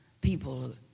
people